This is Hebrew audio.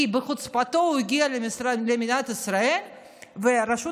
כי בחוצפתו הוא הגיע למדינת ישראל ורשות